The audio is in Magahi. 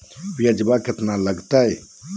ब्यजवा केतना लगते?